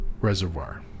Reservoir